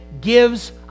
gives